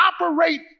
operate